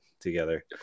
together